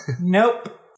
Nope